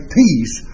peace